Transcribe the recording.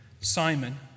Simon